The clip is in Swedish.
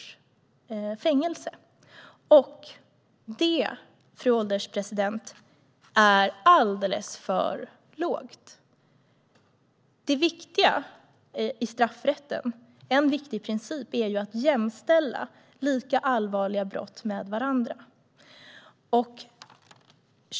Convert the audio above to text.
Detta, fru ålderspresident, är alldeles för lågt. En viktig princip i straffrätten är att jämställa lika allvarliga brott med varandra.